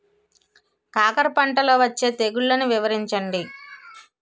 కాకర పంటలో వచ్చే తెగుళ్లను వివరించండి?